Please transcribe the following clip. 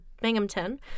Binghamton